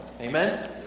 Amen